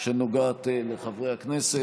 שנוגעת לחברי הכנסת.